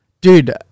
Dude